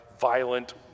violent